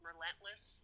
relentless